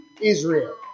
Israel